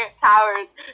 towers